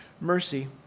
mercy